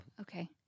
okay